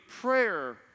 prayer